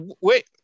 wait